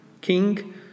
King